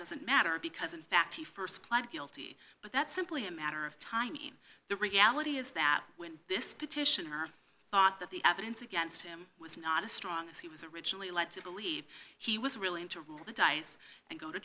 doesn't matter because in fact he st pled guilty but that's simply a matter of time in the reality is that when this petitioner thought that the evidence against him was not as strong as he was originally led to believe he was really into rule the dice and go to